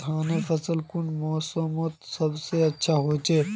धानेर फसल कुन मोसमोत सबसे अच्छा होचे?